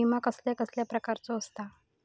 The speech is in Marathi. विमा कसल्या कसल्या प्रकारचो असता?